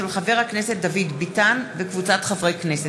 של חבר הכנסת דוד ביטן וקבוצת חברי הכנסת.